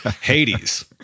Hades